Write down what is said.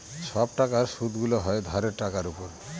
সব টাকার সুদগুলো হয় ধারের টাকার উপর